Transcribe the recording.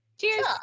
Cheers